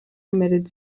committed